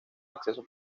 acceso